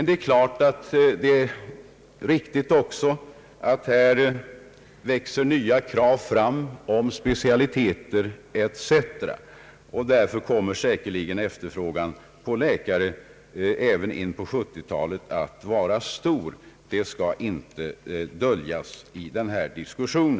Det är naturligtvis också riktigt att nya krav växer fram på specialiteter eic., och därför kommer säkerligen efterfrågan på läkare även in på 1970 talet att vara stor. Det skall inte döljas i denna diskussion.